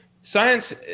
science